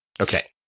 Okay